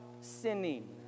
sinning